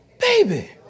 baby